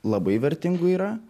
labai vertingų yra